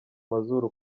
mazuru